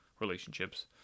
relationships